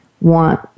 want